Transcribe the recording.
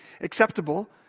Acceptable